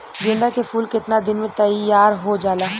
गेंदा के फूल केतना दिन में तइयार हो जाला?